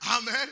Amen